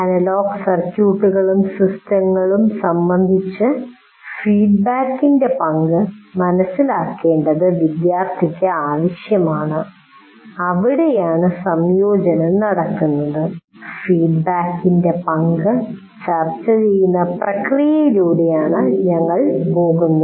analogue സർക്യൂട്ടുകളും സിസ്റ്റങ്ങളും സംബന്ധിച്ച് ഫീഡ്ബാക്കിന്റെ പങ്ക് മനസിലാക്കേണ്ടത് വിദ്യാർത്ഥിക്ക് ആവശ്യമാണ് അവിടെയാണ് സംയോജനം നടക്കുന്നത് ഫീഡ്ബാക്കിന്റെ പങ്ക് ചർച്ച ചെയ്യുന്ന പ്രക്രിയയിലൂടെയാണ് ഞങ്ങൾ പോകുന്നത്